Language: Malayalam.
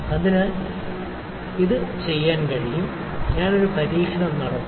അതിനാൽ ഇത് ചെയ്യാൻ കഴിയും ഞാൻ ഒരു പരീക്ഷണം നടത്തും